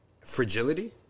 fragility